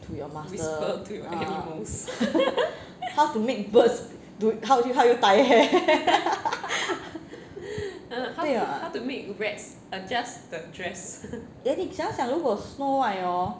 to your master how to make birds help help you tie hair eh 你想想如果 snow white hor